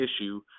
issue